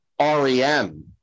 REM